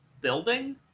building